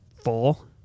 full